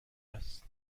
هست